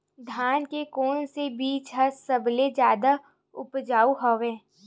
धान के कोन से बीज ह सबले जादा ऊपजाऊ हवय?